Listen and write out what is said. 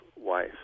wife